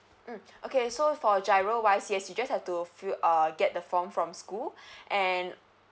mm okay so for giro wise yes you just have to fill uh get the form from school and